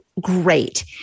great